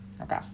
Okay